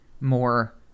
more